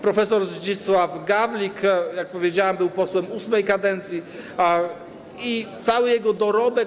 Prof. Zdzisław Gawlik, jak powiedziałem, był posłem VIII kadencji i cały jego dorobek.